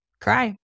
cry